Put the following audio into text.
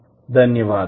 ధన్యవాదములు